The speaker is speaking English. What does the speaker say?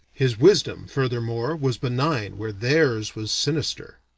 his wisdom furthermore was benign where theirs was sinister.